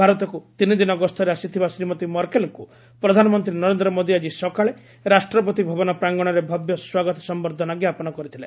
ଭାରତକୁ ତିନି ଦିନ ଗସ୍ତରେ ଆସିଥିବା ଶ୍ରୀମତୀ ମର୍କେଲ୍ଙ୍କୁ ପ୍ରଧାନମନ୍ତ୍ରୀ ନରେନ୍ଦ୍ର ମୋଦୀ ଆଜି ସକାଳେ ରାଷ୍ଟ୍ରପତି ଭବନ ପ୍ରାଙ୍ଗଣରେ ଭବ୍ୟ ସ୍ୱାଗତ ସମ୍ଭର୍ଦ୍ଧନା ଜ୍ଞାପନ କରିଥିଲେ